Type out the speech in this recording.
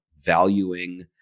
valuing